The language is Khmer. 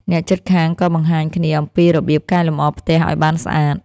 អ្នកជិតខាងក៏បង្ហាញគ្នាអំពីរបៀបកែលម្អផ្ទះឲ្យបានស្អាត។